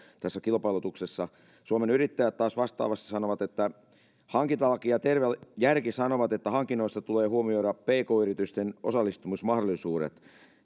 tässä kilpailutuksessa suomen yrittäjät taas vastaavasti sanoo että hankintalaki ja terve järki sanovat että hankinnoissa tulee huomioida pk yritysten osallistumismahdollisuudet